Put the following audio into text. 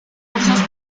cursos